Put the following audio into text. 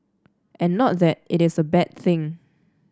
and not that it is a bad thing